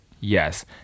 Yes